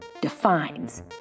defines